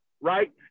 right